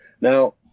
now